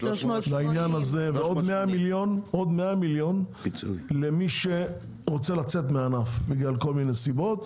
ועוד 100 מיליון ₪ למי שרוצה לצאת מהענף בגלל כל מיני סיבות.